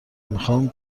میخام